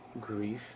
grief